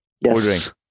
Yes